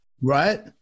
Right